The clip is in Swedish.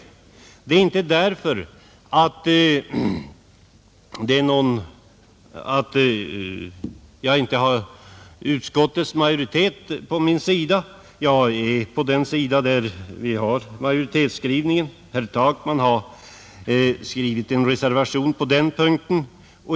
Jag gör det inte därför att jag inte skulle ha utskottets majoritet på min sida — jag är på den sida som står för majoritetsskrivningen, och det är herr Takman som har skrivit en reservation på denna punkt.